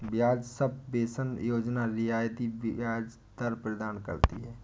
ब्याज सबवेंशन योजना रियायती ब्याज दर प्रदान करती है